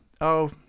Oh